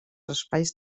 espais